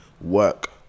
work